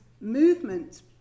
movement